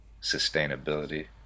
sustainability